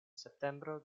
septembro